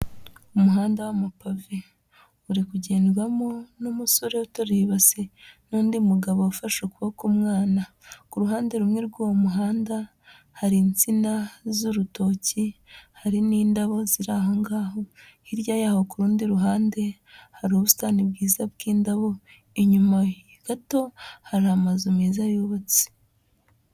Umuhanda w'amapave uri kugendwamo n'umusore uteruye ibase n'undi mugabo ufashe ukuboko umwana, ku ruhande rumwe rw'uwo muhanda hari insina z'urutoki, hari n'indabo ziri aho ngaho hirya yaho ku rundi ruhande hari ubusitani bwiza bw'indabo, inyuma gato hari amazu meza yubatse.